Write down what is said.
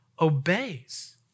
obeys